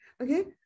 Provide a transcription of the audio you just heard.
okay